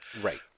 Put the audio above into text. Right